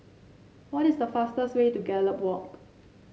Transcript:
what is the fastest way to Gallop Walk